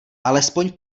alespoň